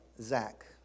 Zach